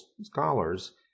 scholars